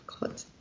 god